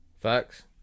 facts